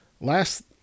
Last